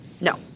No